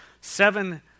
seven